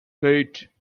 mate